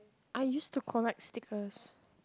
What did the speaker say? I used to collect stickers